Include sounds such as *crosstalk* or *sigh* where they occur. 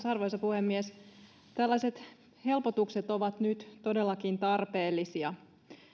*unintelligible* arvoisa puhemies tällaiset helpotukset ovat nyt todellakin tarpeellisia